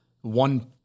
one